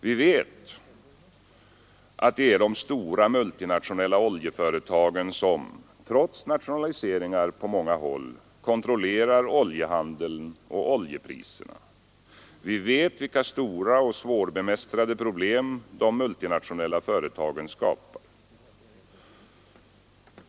Vi vet att det är de stora multinationella oljeföretagen som fortfarande, trots nationaliseringar på många håll, kontrollerar oljehandeln och oljepriserna; vi vet vilka stora och svårbemästrade problem de multinationella företagen skapar.